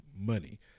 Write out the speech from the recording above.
money